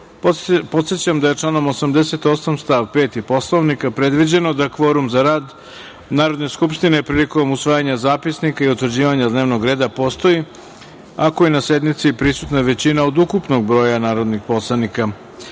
vas da je članom 88. stav 5. Poslovnika predviđeno da kvorum za rad Narodne skupštine prilikom usvajanja zapisnika i utvrđivanja dnevnog reda postoji ako je na sednici prisutna većina od ukupnog broja narodnih poslanika. Radi